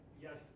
yes